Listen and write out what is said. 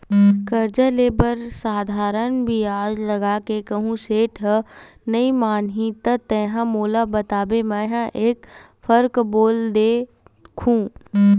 करजा ले बर साधारन बियाज लगा के कहूँ सेठ ह नइ मानही त तेंहा मोला बताबे मेंहा एक फरक बोल के देखहूं